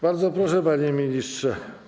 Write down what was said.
Bardzo proszę, panie ministrze.